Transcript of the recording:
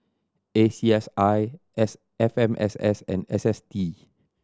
A C S I S F M S S and S S T